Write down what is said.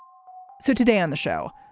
so today on the show,